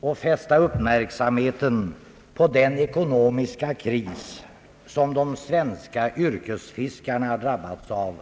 samt fästa uppmärksamheten på den ekonomiska kris som de svenska yrkesfiskarna drabbats av